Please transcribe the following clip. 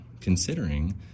considering